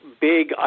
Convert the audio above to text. big